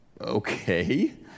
Okay